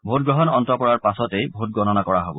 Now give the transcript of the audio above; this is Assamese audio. ভোটগ্ৰহণ অন্ত পৰাৰ পাছতেই ভোটগণনা কৰা হ'ব